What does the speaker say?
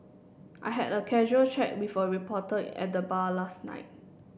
I had a casual chat with a reporter at the bar last night